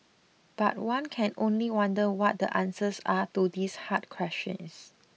but one can only wonder what the answers are to these hard questions